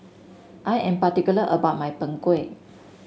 I am particular about my Png Kueh